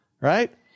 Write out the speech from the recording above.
right